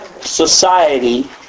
society